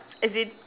as in